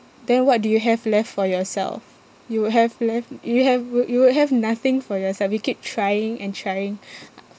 then what do you have left for yourself you would have left you have would you would have nothing for yourself you keep trying and trying